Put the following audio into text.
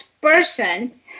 person